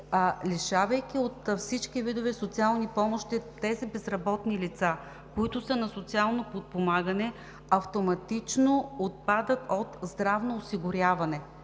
Лишавайки от всички видове социални помощи безработните лица, които са на социално подпомагане, те автоматично отпадат от здравно осигуряване.